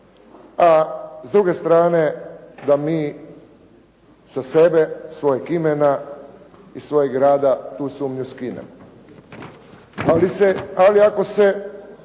a s druge strane da mi sa sebe, svojeg imena i svojeg rada tu sumnju skinemo. Ali ako se